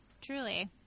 truly